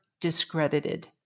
discredited